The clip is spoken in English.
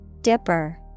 Dipper